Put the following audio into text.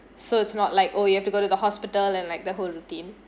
so it's not like oh you have to go to the hospital and like the whole routine